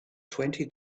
twenty